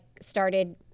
started